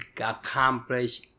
accomplish